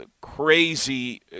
crazy